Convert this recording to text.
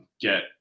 get